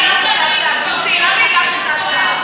למה הגשתי את ההצעה?